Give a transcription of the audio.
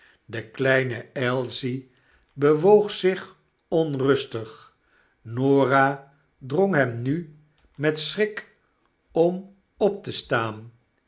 de kleine ailsie bewoog zich onrustig norah drong hem nu met schrik om op te staan